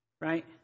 right